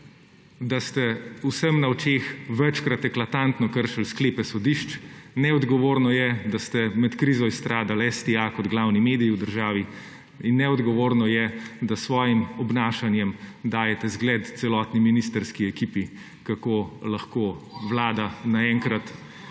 da ste vsem na očeh večkrat eklatantno kršili sklepe sodišč. Neodgovorno je, da ste med krizo izstradali STA kot glavni medij v državi. In neodgovorno je, da s svojim obnašanjem dajete zgled celotni ministrski ekipi, kako lahko vlada naenkrat